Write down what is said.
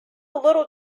little